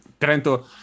Trento